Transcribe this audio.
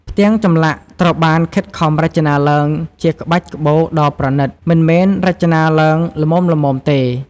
ផ្ទាំងចម្លាក់ត្រូវបានខិតខំរចនាឡើងជាក្បាច់ក្បូរដ៏ប្រណិត មិនមែនរចនាឡើងល្មមៗទេ។